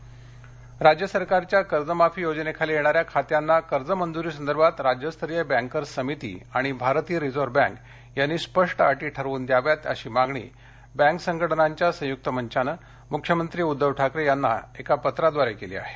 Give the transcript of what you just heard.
कर्जमाफी राज्य सरकारच्या कर्जमाफी योजनेखाली येणाऱ्या खात्यांना कर्ज मंजुरीसंदर्भात राज्यस्तरीय बँकर्स समिती आणि भारतीय रिझर्व बँक यांनी स्पष्ट अटी ठरवून द्याव्यात अशी मागणी बँक संघटनांच्या संयुक्त मंचानं मुख्यमंत्री उद्धव ठाकरे यांना एका पत्राद्वारे केली आहे